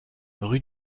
rue